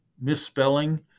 misspelling